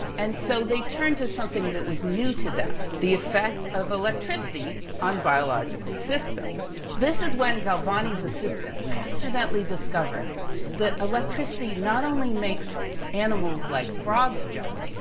and so, they turned to something that was new to them, the effect of electricity on biological systems. this is when galvani's assistant accidentally discovered that electricity not only makes animals, like frogs jump,